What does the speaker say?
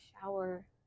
shower